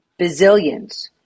bazillions